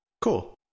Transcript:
Cool